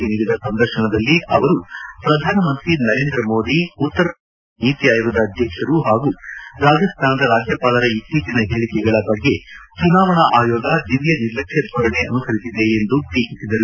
ಗೆ ನೀಡಿದ ಸಂದರ್ಶನದಲ್ಲಿ ಅವರು ಪ್ರಧಾನಮಂತ್ರಿ ನರೇಂದ್ರಮೋದಿ ಉತ್ತರಪ್ರದೇಶದ ಮುಖ್ಯಮಂತ್ರಿ ನೀತಿ ಆಯೋಗದ ಅಧ್ಯಕ್ಷರು ಹಾಗೂ ರಾಜಸ್ಥಾನದ ರಾಜ್ಯಪಾಲರ ಇತ್ತೀಚಿನ ಹೇಳಿಕೆಗಳ ಬಗ್ಗೆ ಚುನಾವಣಾ ಆಯೋಗ ದಿವ್ಯ ನಿರ್ಲಕ್ಷ್ಯ ಧೋರಣೆ ಅನುಸರಿಸಿದೆ ಎಂದು ಟೀಕಿಸಿದರು